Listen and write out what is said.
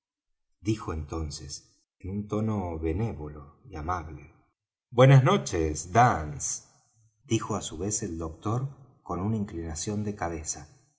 entonces en un tono benévolo y amable buenas noches dance dijo á su vez el doctor con una inclinación de cabeza